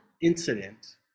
incident